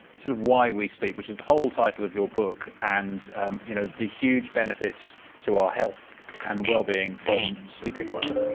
sort of why we sleep, which is the whole title of your book and you know the huge benefits to our health and well-being from sleeping well.